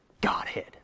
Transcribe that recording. godhead